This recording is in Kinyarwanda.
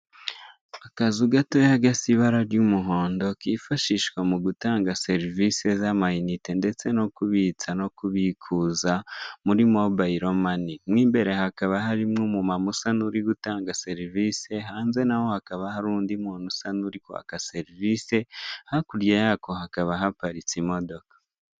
Akazu gatoya gasa ibara ry'umuhondo kifashishwa mu gutanga serivisi z'amainite ndetse no kubitsa no kubikuza muri mobayiro mani, mu imbere hakaba harimo umumama usa n'urigutanga serivise hanze n'aho hakaba hari undi muntu usa n'urikwaka servise hakurya yako hakaba haparitse imodoka.